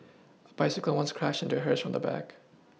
a bicycle once crashed into hers from the back